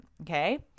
okay